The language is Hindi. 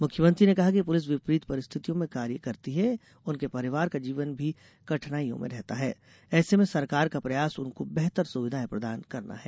मुख्यमंत्री ने कहा कि पुलिस विपरीत परिस्थितियों में कार्य करती है उनके परिवार का जीवन भी कठिनाई में रहता है ै ऐसे में सरकार का प्रयास उनको बेहतर सुविधाएं प्रदान करना है